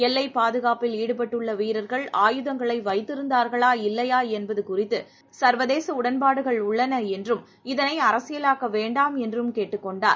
எல்லைபாதுகாப்பில் ஈடுபட்டுள்ளவீரர்கள் ஆயுதங்களைவைத்திருந்தார்களா இல்லையாஎன்பதுகுறித்துசர்வதேசஉடன்பாடுகள் உள்ளனஎன்றும் இதனைஅரசியலாக்கவேண்டாம் என்றும் கேட்டுக் கொண்டார்